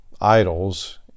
idols